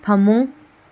ꯐꯃꯨꯡ